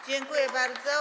Dziękuję bardzo.